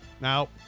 Now